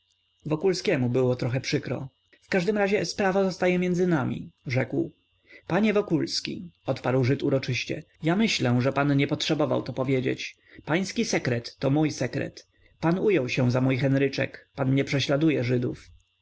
interes wokulskiemu było trochę przykro w każdym razie sprawa zostaje między nami rzekł panie wokulski odparł żyd uroczyście ja myślę że pan nie potrzebował to powiedzieć pański sekret to mój sekret pan ujął się za mój henryczek pan